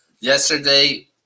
yesterday